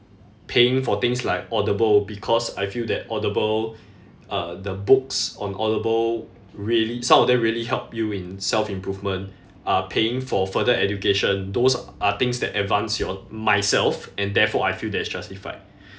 paying for things like audible because I feel that audible uh the books on audible really some of them really help you in self improvement uh paying for further education those are things that advance your~ myself and therefore I feel that it's justified